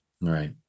Right